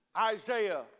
Isaiah